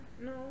No